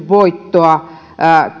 voittoa